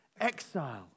exile